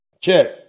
Check